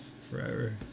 Forever